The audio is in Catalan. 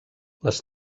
les